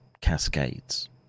cascades